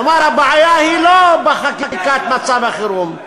כלומר, הבעיה היא לא בחקיקת מצב החירום,